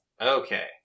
Okay